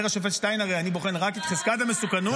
אומר השופט שטיין: הרי אני בוחן רק את חזקת המסוכנות,